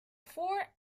four